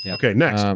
yeah okay, next. um